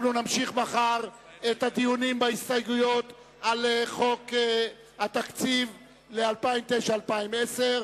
אנחנו נמשיך מחר את הדיונים בהסתייגויות על חוק התקציב ל-2009 ו-2010.